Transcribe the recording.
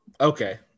Okay